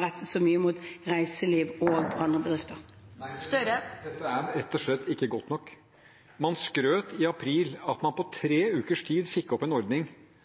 rettet så mye mot reiseliv og andre bedrifter. Dette er rett og slett ikke godt nok. Man skrøt i april av at man på tre ukers tid fikk opp en ordning